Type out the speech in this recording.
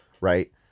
right